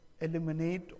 Eliminate